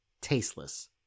Tasteless